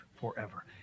forever